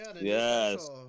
yes